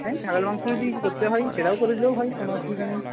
হ্যাঁ ছাগলের মাংস যদি করতে হয় সেটাও করে দিলেও হয় কোনো অসুবিধা নেই